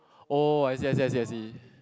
orh I see I see I see